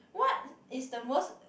what is the most